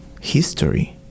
history